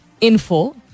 info